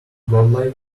godlike